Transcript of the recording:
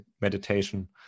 meditation